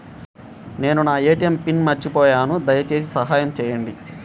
నేను నా ATM pin మర్చిపోయాను దయచేసి సహాయం చేయండి